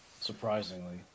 Surprisingly